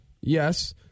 Yes